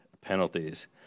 penalties